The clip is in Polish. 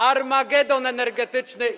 Armagedon energetyczny.